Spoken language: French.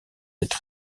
cette